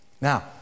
Now